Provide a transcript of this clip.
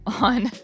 on